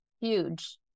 huge